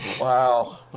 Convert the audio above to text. Wow